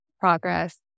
progress